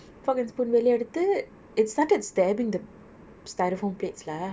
fork and spoon வெளியே எடுத்து:veliye eduthu it started stabbing the styrofoam plates lah